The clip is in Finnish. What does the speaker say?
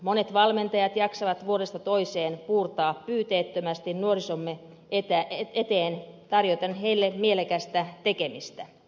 monet valmentajat jaksavat vuodesta toiseen puurtaa pyyteettömästi nuorisomme eteen tarjoten heille mielekästä tekemistä